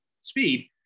speed